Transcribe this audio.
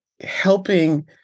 helping